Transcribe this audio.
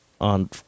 on